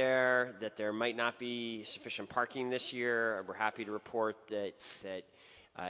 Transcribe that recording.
there that there might not be sufficient parking this year we're happy to report that that